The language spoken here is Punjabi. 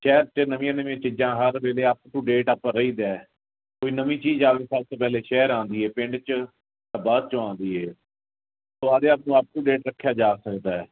ਸ਼ਹਿਰ 'ਚ ਨਵੀਆਂ ਨਵੀਆਂ ਚੀਜ਼ਾਂ ਹਰ ਵੇਲੇ ਅਪ ਟੂ ਡੇਟ ਆਪਾਂ ਰਹੀ ਦਾ ਕੋਈ ਨਵੀਂ ਚੀਜ਼ ਆਵੇ ਸਭ ਤੋਂ ਪਹਿਲੇ ਸ਼ਹਿਰ ਆਉਂਦੀ ਹੈ ਪਿੰਡ 'ਚ ਬਾਅਦ 'ਚੋ ਆਉਂਦੀ ਏ ਸੋ ਆਪਦੇ ਆਪ ਨੂੰ ਅਪ ਟੂ ਡੇਟ ਰੱਖਿਆ ਜਾ ਸਕਦਾ ਹੈ